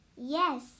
Yes